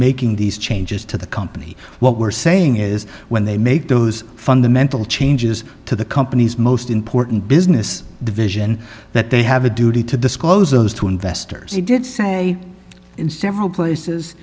making these changes to the company what we're saying is when they make those fundamental changes to the company's most important business division that they have a duty to disclose those to investors he did say in several places